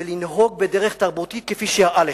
ולנהוג בדרך תרבותית כפי שיאה לך.